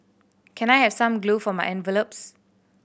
can I have some glue for my envelopes